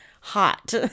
hot